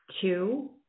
Two